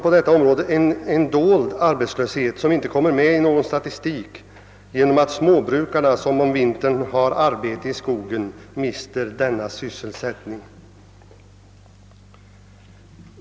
På detta område finns också en dold arbetslöshet som inte kommer med i någon statistik, genom att småbrukarna — som under vintern har arbete i skogen — mister denna sysselsättning.